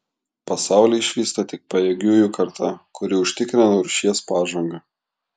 pasaulį išvysta tik pajėgiųjų karta kuri užtikrina rūšies pažangą